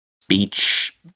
speech